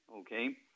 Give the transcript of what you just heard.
okay